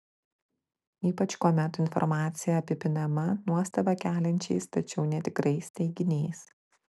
ypač kuomet informacija apipinama nuostabą keliančiais tačiau netikrais teiginiais